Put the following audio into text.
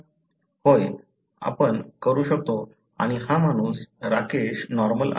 होय आपण करू शकतो आणि हा माणूस राकेश नॉर्मल आहे